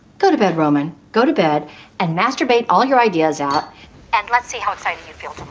go to bed roman go to bed and masturbate all your ideas out and let's see how exciting you feel